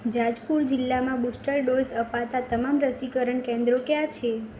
જાજપુર જિલ્લામાં booster dose અપાતાં તમામ રસીકરણ કેન્દ્રો ક્યાં છે